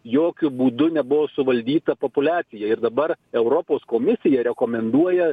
jokiu būdu nebuvo suvaldyta populiacija ir dabar europos komisija rekomenduoja